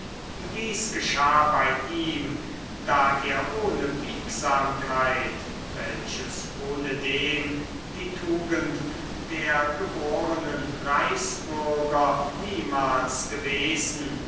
dies geschah bei ihm da er ohne biegsamkeit welches ohnedem die tugend der geborenen reichsbürger niemals gewesen